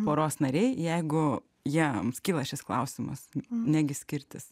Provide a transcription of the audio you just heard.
poros nariai jeigu jiems kyla šis klausimas negi skirtis